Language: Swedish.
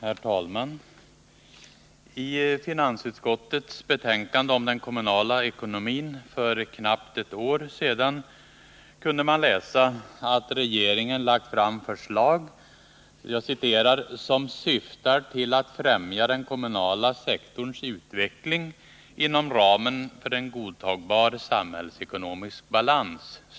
Herr talman! I finansutskottets betänkande om den kommunala ekonomin för knappt ett år sedan kunde man läsa att regeringen lagt fram förslag som syftade till att främja den kommunala sektorns utveckling inom ramen för en godtagbar samhällsekonomisk balans.